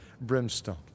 brimstone